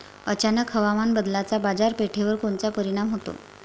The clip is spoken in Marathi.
अचानक हवामान बदलाचा बाजारपेठेवर कोनचा परिणाम होतो?